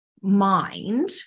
mind